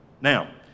Now